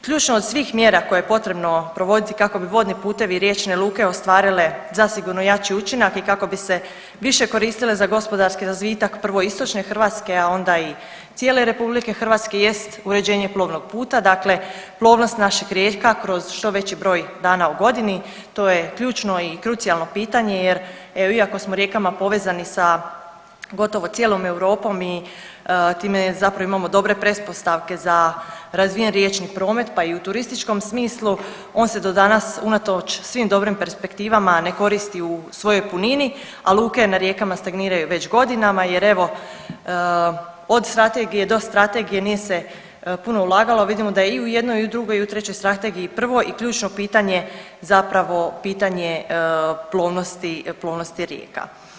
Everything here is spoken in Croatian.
Ključno od svih mjera koje je potrebno provoditi kako bi vodni putevi i riječne luke ostvarile zasigurno jači učinak i kako bi se više koristile za gospodarski razvitak, prvo istočne Hrvatske, a onda i cijele RH jest uređenje plovnog puta, dakle plovnost naših rijeka kroz što veći broj dana u godini, to je ključno i krucijalno pitanje jer, evo, iako smo rijekama povezani sa gotovo cijelom Europom i time zapravo imamo dobre pretpostavke za razvijen riječni promet, pa i u turističkom smislu, on se do danas unatoč svim dobrim perspektivama ne koristi u svojoj punini, a luke na rijekama stagniraju već godinama jer evo, od strategije do strategije nije se puno ulagalo, vidimo da je i u jednoj i u drugoj i u trećoj strategiji prvo i ključno pitanje zapravo pitanje plovnosti rijeka.